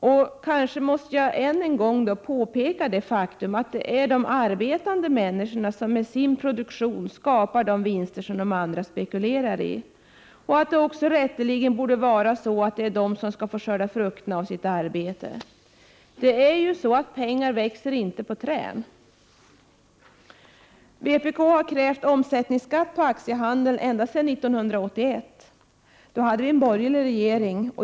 Och kanske måste jag än en gång påpeka det faktum att det är de arbetande människorna som med sin produktion skapar de vinster som andra spekulerar i och att det rätteligen borde vara så att det är de som skall få skörda frukterna av sitt arbete. Pengar växer inte på trän! Vpk har krävt omsättningsskatt på aktiehandeln ända sedan 1981. Då hade vi en borgerlig regering.